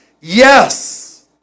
Yes